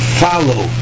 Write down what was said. follow